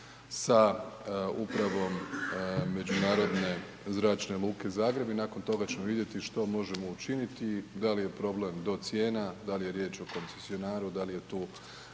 sa upravom međunarodne Zračne luke Zagreb i nakon toga ćemo vidjeti što možemo učiniti, da li je problem do cijena, da li je riječ o koncesionaru, da li je tu